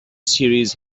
series